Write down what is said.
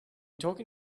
talking